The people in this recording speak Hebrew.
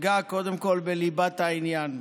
אגע קודם כול בליבת העניין.